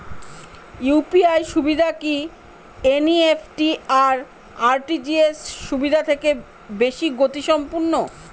UPI সুবিধা কি NEFT আর আর.টি.জি.এস সুবিধা থেকে বেশি গতিসম্পন্ন?